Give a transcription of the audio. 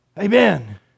Amen